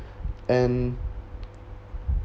and